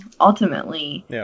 Ultimately